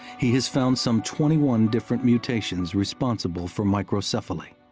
he has found some twenty one different mutations responsible for microcephaly.